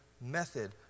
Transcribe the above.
method